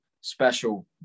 special